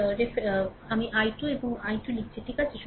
সুতরাং এর রেফার সময় 2942 আমি i2 আমি i2 লিখছি ঠিক আছে